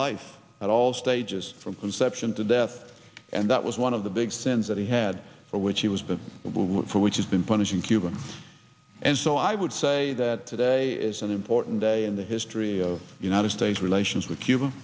life at all stages from conception to death and that was one of the big sense that he had for which he was going for which is been punishing cuba and so i would say that today is an important day in the history of united states relations with cuba